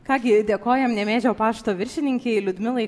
ką gi dėkojam nemėžio pašto viršininkei liudmilai